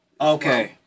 Okay